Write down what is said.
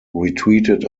retreated